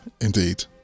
Indeed